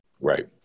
Right